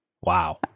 Wow